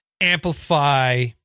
amplify